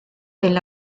del